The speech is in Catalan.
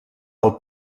del